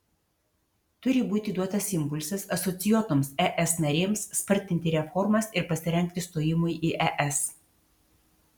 turi būti duotas impulsas asocijuotoms es narėms spartinti reformas ir pasirengti stojimui į es